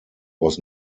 was